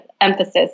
emphasis